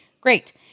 Great